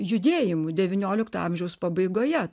judėjimu devyniolikto amžiaus pabaigoje